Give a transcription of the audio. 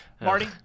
Marty